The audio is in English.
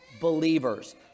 believers